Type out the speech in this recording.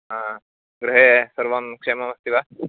गृहे सर्वं क्षेममस्ति वा